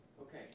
Okay